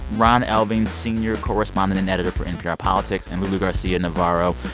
ron elving, senior correspondent and editor for npr politics, and lulu garcia-navarro,